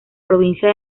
provincia